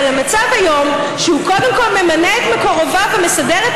אבל המצב היום שהוא קודם כול ממנה את מקורביו ומסדר את